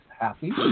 happy